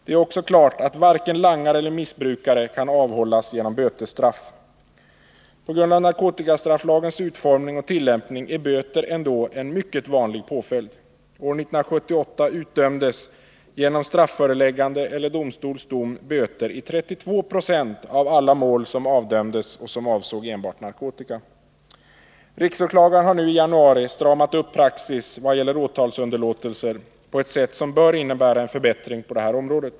Det är också klart att varken langare eller missbrukare kan avhållas genom bötesstraff. På grund av narkotikastrafflagens utformning och tillämpning är böter ändå en mycket vanlig påföljd. År 1978 utdömdes genom strafföreläggande eller domstolsdom böter i 32 96 av alla mål som avdömdes och som avsåg enbart narkotika. Riksåklagaren har nu i januari stramat upp praxis i vad gäller åtalsunderlåtelser på ett sätt som bör innebära en förbättring på detta område.